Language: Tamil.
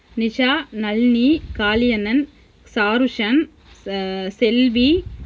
நிஷா நளினி காளி அண்ணன் சாருஷன் ச செல்வி